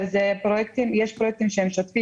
יש לי כמה שאלות.